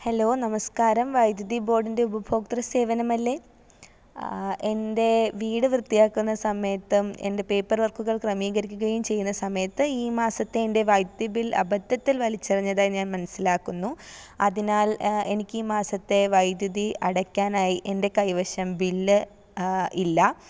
hello നമസ്കാരം വൈദ്യുതി ബോഡിന്റെ ഉപഭോക്തൃ സേവനമല്ലേ എൻറ്റേ വീട് വൃത്തിയാക്കുന്ന സമയത്തും എന്റെ പേപ്പർ വർക്കുകൾ ക്രമീകരിക്കുകയും ചെയ്യുന്ന സമയത്ത് ഈ മാസത്തെ എന്റെ വൈദ്യുതി ബിൽ അബദ്ധത്തിൽ വലിച്ചെറിഞ്ഞതായി ഞാൻ മനസിലാക്കുന്നു അതിനാൽ എനിക്കീ മാസത്തെ വൈദ്യുതി അടക്കാനായി എന്റെ കൈവശം ബില് ഇല്ല